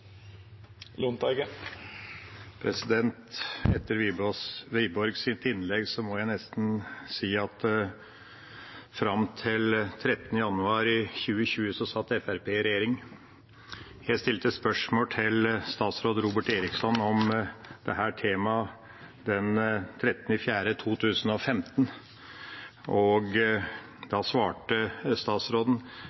innlegg må jeg nesten si at fram til 13. januar 2020 satt Fremskrittspartiet i regjering. Jeg stilte spørsmål til statsråd Robert Eriksson om dette temaet den 13. april 2015.